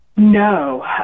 No